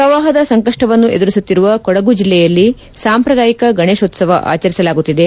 ಪ್ರವಾಹದ ಸಂಕಷ್ಟವನ್ನು ಎದುರಿಸುತ್ತಿರುವ ಕೊಡಗು ಜಿಲ್ಲೆಯಲ್ಲಿ ಸಾಂಪ್ರದಾಯಿಕ ಗಣೇಶೋತ್ಸವ ಆಚರಿಸಲಾಗುತ್ತಿದೆ